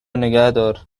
نگهدار